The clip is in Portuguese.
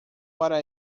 para